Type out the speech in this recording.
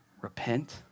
Repent